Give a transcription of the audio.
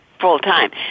full-time